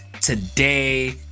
today